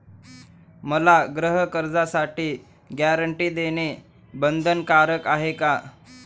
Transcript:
मला गृहकर्जासाठी गॅरंटी देणं बंधनकारक आहे का?